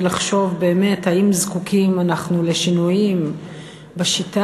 לחשוב באמת האם זקוקים אנחנו לשינויים בשיטה,